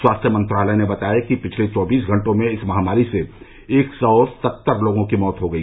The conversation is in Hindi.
स्वास्थ्य मंत्रालय ने बताया कि पिछले चौबीस घंटों में इस महामारी से एक सौ सत्तर लोगों की मौत हो गई